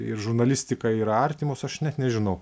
ir žurnalistika yra artimos aš net nežinau